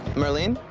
maurlene?